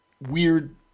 weird